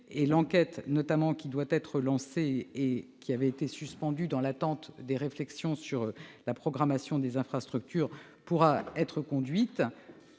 L'enquête, qui devait être lancée, mais avait été suspendue dans l'attente des réflexions sur la programmation des infrastructures, pourra être conduite,